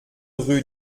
rue